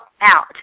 out